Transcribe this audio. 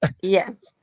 yes